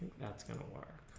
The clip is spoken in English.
thats gonna